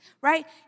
right